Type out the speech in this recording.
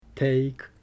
Take